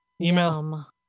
email